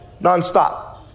Nonstop